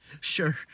Sure